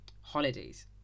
holidays